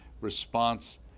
response